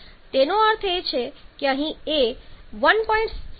તેનો અર્થ એ કે અહીં આ a 1